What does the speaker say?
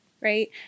Right